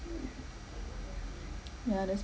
ya that's